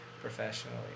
professionally